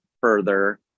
further